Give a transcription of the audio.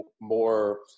more